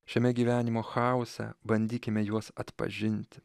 šiame gyvenimo chaose bandykime juos atpažinti